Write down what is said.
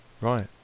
Right